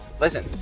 listen